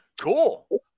cool